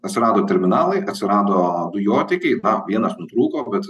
atsirado terminalai atsirado dujotiekiai na vienas nutrūko bet